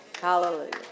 Hallelujah